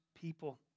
people